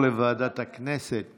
לוועדה שתקבע ועדת הכנסת נתקבלה.